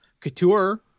couture